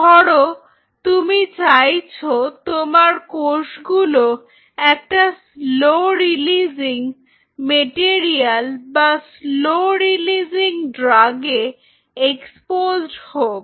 ধরো তুমি চাইছো তোমার কোষগুলো একটা স্লো রিলিজিং মেটেরিয়াল বা স্লো রিলিজিং ড্রাগে এক্সপোজড্ হোক